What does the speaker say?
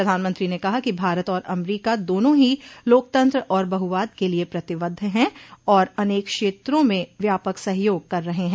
प्रधानमंत्री ने कहा कि भारत और अमरीका दोनों ही लोकतंत्र और बहुवाद के लिए प्रतिबद्ध हैं और अनेक क्षेत्रों में व्यापक सहयोग कर रहे हैं